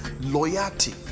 loyalty